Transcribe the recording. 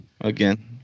again